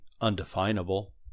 undefinable